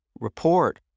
report